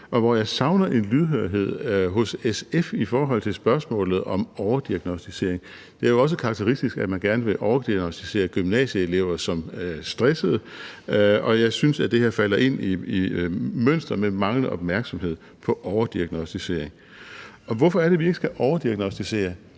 og hvor jeg savner en lydhørhed hos SF i forhold til spørgsmålet om overdiagnosticering. Det er jo også karakteristisk, at man gerne vil overdiagnosticere gymnasieelever som stressede, og jeg synes, at det her falder ind i mønsteret med manglende opmærksomhed på overdiagnosticering. Og hvorfor er det, at vi ikke skal overdiagnosticere?